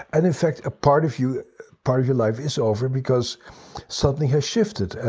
and in fact, a part of you part of your life is over because something has shifted.